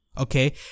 okay